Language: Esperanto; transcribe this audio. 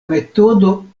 metodo